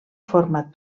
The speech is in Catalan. format